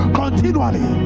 continually